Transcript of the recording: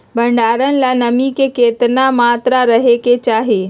भंडारण ला नामी के केतना मात्रा राहेके चाही?